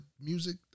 music